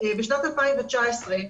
בשנת 2019,